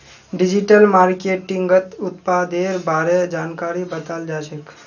digital मार्केटिंगत उत्पादेर बारे जानकारी बताल जाछेक